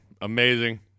amazing